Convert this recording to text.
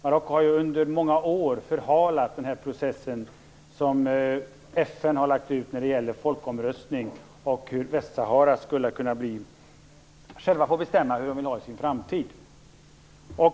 Marocko har ju i många år förhalat den process som FN har lagt ut när det gäller folkomröstning och hur Västsahara självt skall kunna få bestämma hur det skall vara där i framtiden.